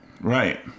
Right